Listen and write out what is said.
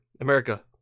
America